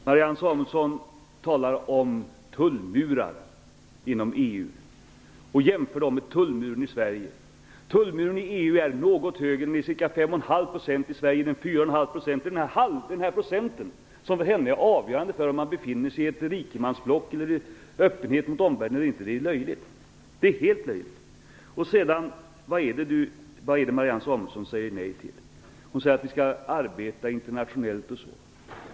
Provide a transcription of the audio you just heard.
Fru talman! Marianne Samuelsson talar om tullmurar inom EU. Hon jämför dem med tullmuren i Sverige. Tullmuren inom EU är något högre. Den är ca 5,5 % i Sverige och 4,5 % inom EU. Det är denna procent som för henne är avgörande om man befinner sig i ett rikemansblock eller har öppenhet gentemot omvärlden. Det är helt löjligt! Vad är det Marianne Samuelsson säger nej till? Hon säger att vi skall arbeta internationellt.